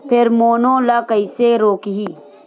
Pheromone ला कइसे रोकही?